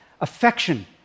affection